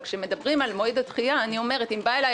אבל כשמדברים על מועד הדחייה אז אני אומרת שאם השוק בא אליי,